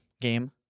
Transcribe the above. game